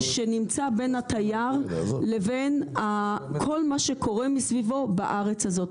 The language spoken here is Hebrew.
שנמצא בין התייר לבין כל מה שקורה מסביבו בארץ הזאת.